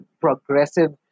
progressive